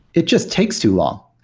it just takes too long.